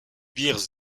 bears